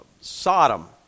Sodom